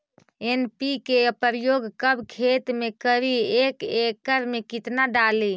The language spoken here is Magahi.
एन.पी.के प्रयोग कब खेत मे करि एक एकड़ मे कितना डाली?